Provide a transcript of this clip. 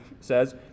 says